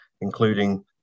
including